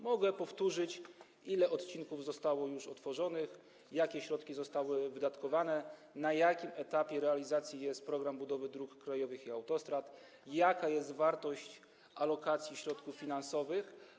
Mogę powtórzyć, ile odcinków zostało już otworzonych, jakie środki zostały wydatkowane, na jakim etapie realizacji jest program budowy dróg krajowych i autostrad, jaka jest wartość alokacji środków finansowych.